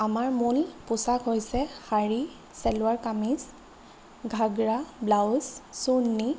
আমাৰ মূল পোচাক হৈছে শাৰী চেলোৱাৰ কামিজ ঘাগ্ৰা ব্লাউজ ছুৰ্নি